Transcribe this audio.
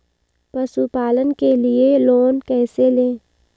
पशुपालन के लिए लोन कैसे लें?